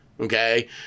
Okay